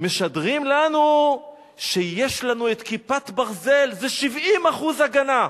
משדרים לנו שיש לנו את "כיפת ברזל", שזה 70% הגנה.